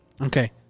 Okay